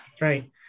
right